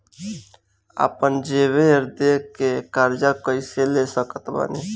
आपन जेवर दे के कर्जा कइसे ले सकत बानी?